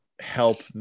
help